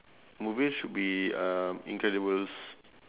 movies should be um incredibles